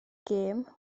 gêm